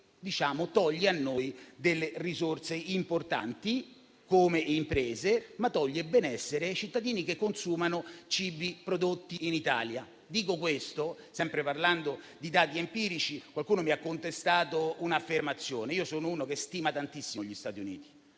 e che tolgono a noi risorse importanti, come imprese, e tolgono benessere ai cittadini che consumano cibi prodotti in Italia. Sempre parlando di dati empirici, qualcuno mi ha contestato un'affermazione. Io stimo tantissimo gli Stati Uniti.